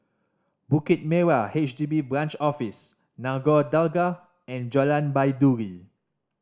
Bukit Merah H D B Branch Office Nagore Dargah and Jalan Baiduri